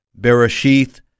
Bereshith